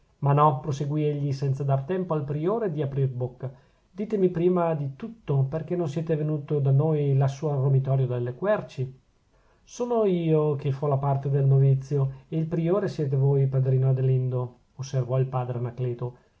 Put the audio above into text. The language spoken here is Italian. ma no proseguì egli senza dar tempo al priore di aprir bocca ditemi prima di tutto perchè non siete venuto da noi lassù al romitorio delle querci son io che fo la parte del novizio e il priore siete voi padrino adelindo osservò il padre anacleto